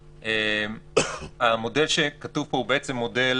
המודל שכתוב פה מקביל